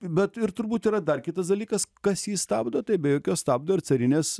bet ir turbūt yra dar kitas dalykas kas jį stabdo tai be jokios stabdo ir carinės